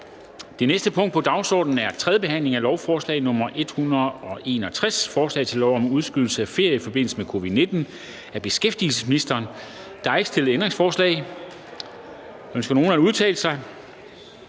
Det næste punkt på dagsordenen er: 2) 3. behandling af lovforslag nr. L 161: Forslag til lov om udskydelse af ferie i forbindelse med covid-19. Af beskæftigelsesministeren (Peter Hummelgaard). (Fremsættelse